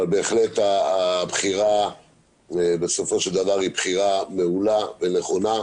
אבל בהחלט הבחירה בסופו של דבר היא בחירה מעולה ונכונה.